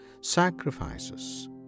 sacrifices